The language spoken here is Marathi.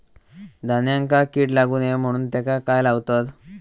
धान्यांका कीड लागू नये म्हणून त्याका काय लावतत?